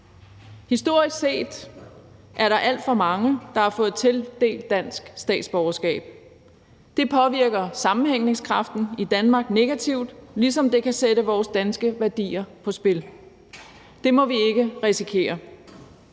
Historisk set er der alt for mange, der har fået tildelt dansk statsborgerskab. Det påvirker sammenhængskraften i Danmark negativt, ligesom det kan sætte vores danske værdier på spil. Det må vi ikke risikere.